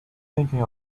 thinking